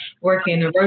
working